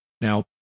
Now